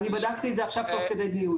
אני בדקתי את זה עכשיו תוך כדי דיון.